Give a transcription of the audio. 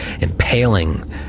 impaling